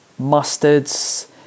mustards